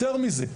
יותר מזה,